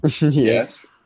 Yes